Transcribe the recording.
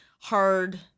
hard